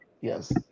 yes